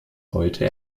heute